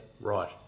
Right